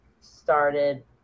started